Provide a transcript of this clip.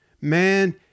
Man